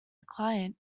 client